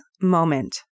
moment